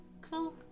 cool